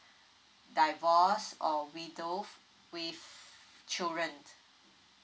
divorce or widow with children